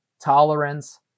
tolerance